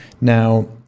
Now